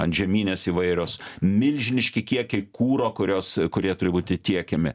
antžeminės įvairios milžiniški kiekiai kuro kurios kurie turi būti tiekiami